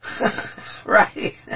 Right